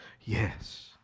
Yes